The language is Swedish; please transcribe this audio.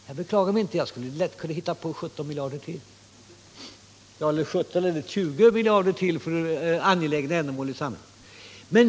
Jag beklagar mig inte alls utan skulle i och för sig kunna tänka mig ytterligare 20 miljarder kronor för angelägna ändamål i samhället.